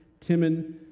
Timon